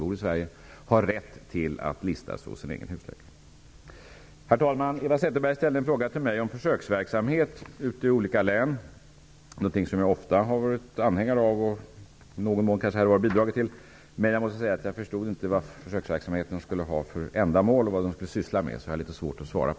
Det innebär förstås en ökning av medborgarnas frihet. Herr talman! Eva Zetterberg ställde en fråga till mig om försöksverksamhet ute i olika län. Det är någonting som jag ofta har varit anhängare av. I någon mån har jag kanske här och var bidragit till sådan. Jag måste säga att jag inte förstod ändamålet med den här försöksverksamheten och vad man skulle syssla med. Därför har jag litet svårt att svara på